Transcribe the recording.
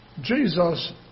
Jesus